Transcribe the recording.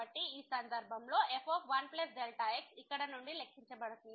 కాబట్టి ఈ సందర్భంలో f 1x ఇక్కడ నుండి లెక్కించబడుతుంది